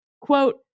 quote